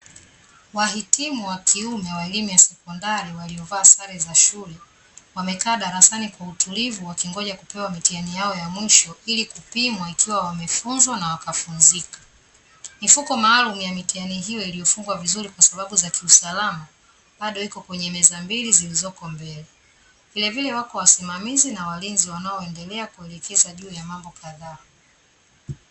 Wahitimu wa kiume wa elimu ya sekondari waliovaa sare za shule, wamekaa darasani kwa utulivu wakingoja kupewa mitihani yao ya mwisho ili kupimwa ikiwa wamefunzwa na wakafunzika. Mifuko maalumu ya mitihani hiyo iliyofungwa vizuri kwa sababu za kiusalama bado iko kwenye meza mbili zilizoko mbele. Vilevile wako wasimamizi na walinzi wanaoendelea kuelekeza juu ya mambo kadhaa.